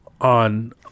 on